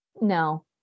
No